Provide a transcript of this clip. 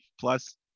plus